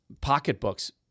pocketbooks